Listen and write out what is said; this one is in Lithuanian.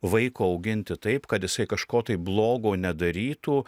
vaiko auginti taip kad jisai kažko tai blogo nedarytų